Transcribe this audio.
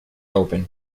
open